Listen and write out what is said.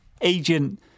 agent